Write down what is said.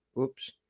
Oops